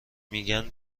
میگن